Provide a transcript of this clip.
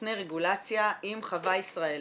מותנה רגולציה עם חווה ישראלית.